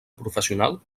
professional